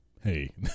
Hey